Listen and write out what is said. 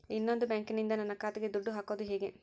ಇನ್ನೊಂದು ಬ್ಯಾಂಕಿನಿಂದ ನನ್ನ ಖಾತೆಗೆ ದುಡ್ಡು ಹಾಕೋದು ಹೇಗೆ?